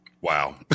Wow